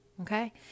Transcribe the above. Okay